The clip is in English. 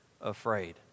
afraid